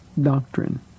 doctrine